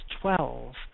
twelve